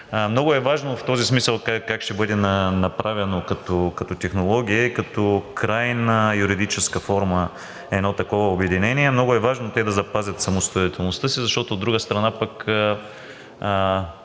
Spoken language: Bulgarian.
Много е важно в този смисъл как ще бъде направено като технология и като крайна юридическа форма едно такова обединение. Много е важно те да запазят самостоятелността си, защото, от друга страна, пък